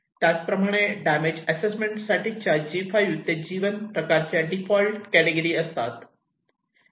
त्याचप्रमाणे damage assessment साठीच्या G5 ते G1 प्रकारच्या डिफरंट कॅटेगिरी असतात